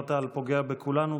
אמרת "פוגע בכולנו",